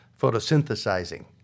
photosynthesizing